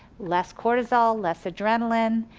less cortisol, less adrenaline,